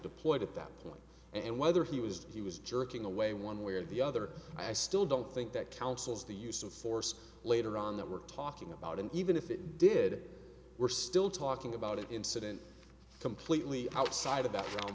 deployed at that point and whether he was he was jerking away one way or the other i still don't think that counsels the use of force later on that we're talking about and even if it did we're still talking about it incident completely outside